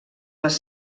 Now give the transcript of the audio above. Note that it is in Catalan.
les